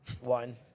One